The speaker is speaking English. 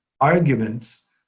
arguments